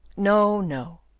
no, no.